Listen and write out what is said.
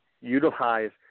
utilize